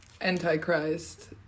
antichrist